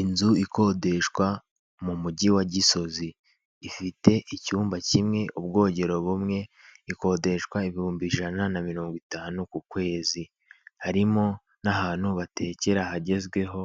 Inzu ikodeshwa mu mujyi wa gisozi ifite icyumba kimwe ubwogero bumwe ikodeshwa ibihumbi ijana na mirongo itanu ku kwezi, harimo n'ahantu batekera hagezweho